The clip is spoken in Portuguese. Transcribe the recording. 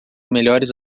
melhores